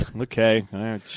Okay